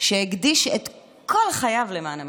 שהקדיש את כל חייו למען המדינה.